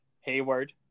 Hayward